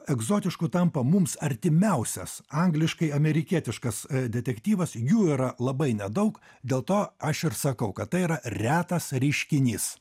egzotišku tampa mums artimiausias angliškai amerikietiškas detektyvas jų yra labai nedaug dėl to aš ir sakau kad tai yra retas reiškinys